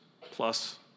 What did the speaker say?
plus